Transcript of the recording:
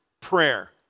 prayer